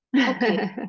Okay